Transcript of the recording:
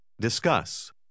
Discuss